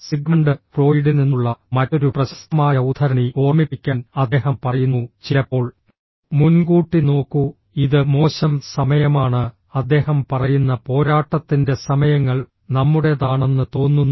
Sigmund ഫ്രോയിഡിൽ നിന്നുള്ള മറ്റൊരു പ്രശസ്തമായ ഉദ്ധരണി ഓർമ്മിപ്പിക്കാൻ അദ്ദേഹം പറയുന്നു ചിലപ്പോൾ മുൻകൂട്ടി നോക്കൂ ഇത് മോശം സമയമാണ് അദ്ദേഹം പറയുന്ന പോരാട്ടത്തിന്റെ സമയങ്ങൾ നമ്മുടെതാണെന്ന് തോന്നുന്നു